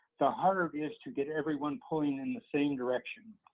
the harder it is to get everyone pulling in the same direction.